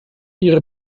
ihre